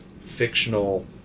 fictional